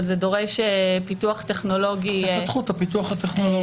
אבל זה דורש פיתוח טכנולוגי -- תפתחו את הפיתוח הטכנולוגי.